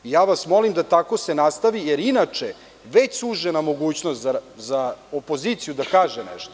Ja vas molim da se tako i nastavi, jer je inače već sužena mogućnost za opoziciju da kaže nešto.